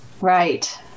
Right